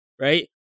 right